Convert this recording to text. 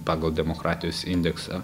pagal demokratijos indeksą